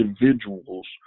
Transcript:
individuals